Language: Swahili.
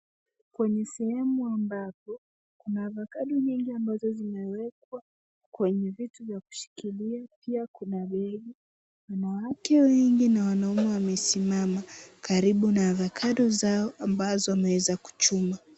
Kwenye sehemu ambapo kuna avocado nyingi ambazo zimewekwa kwenye vitu vya kushikilia pia kuna bengi. Wanawake wengi na wanaume wamesimama karibu na avocado zao ambazo wameweza kuchuma.